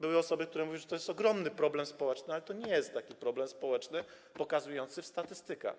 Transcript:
Były osoby, które mówiły, że to jest ogromny problem społeczny, ale to nie jest taki problem społeczny pokazujący to w statystykach.